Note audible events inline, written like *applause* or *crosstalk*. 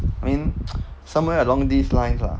mean *noise* somewhere along this line lah